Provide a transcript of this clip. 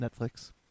Netflix